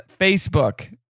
Facebook